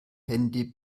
handy